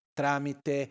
tramite